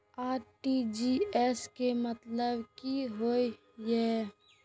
RTGS के मतलब की होय ये?